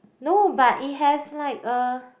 no but it has like a